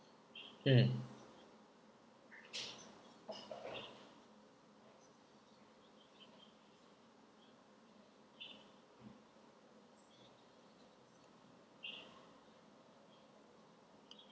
mm